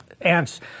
ants